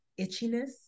itchiness